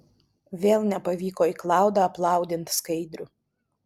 vėl nepavyko į klaudą aplaudint skaidrių